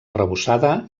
arrebossada